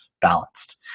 balanced